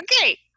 okay